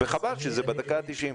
חבל שזה בדקה ה-90.